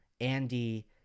Andy